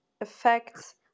effects